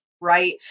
right